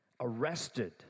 Arrested